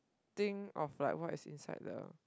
think of like what is inside the